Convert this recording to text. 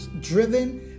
driven